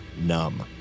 numb